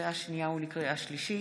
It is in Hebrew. לקריאה שנייה וקריאה שלישית,